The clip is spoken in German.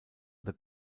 the